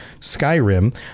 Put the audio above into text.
Skyrim